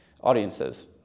audiences